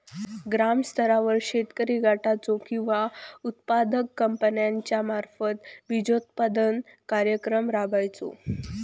ग्रामस्तरावर शेतकरी गटाचो किंवा उत्पादक कंपन्याचो मार्फत बिजोत्पादन कार्यक्रम राबायचो?